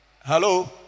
Hello